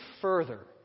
further